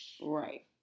right